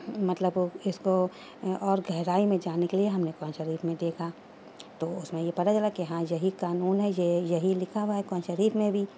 مطلب اس کو اور گہرائی میں جاننے کے لیے ہم نے قرآن شریف میں دیکھا تو اس میں یہ پتا چلا کہ ہاں یہی قانون ہے یہ یہی لکھا ہوا ہے قرآن شریف میں بھی